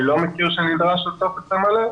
אני לא יודע שנדרש עוד טופס למלא,